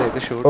the channel